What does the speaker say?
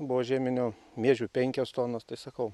buvo žieminių miežių penkios tonos tai sakau